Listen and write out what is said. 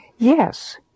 Yes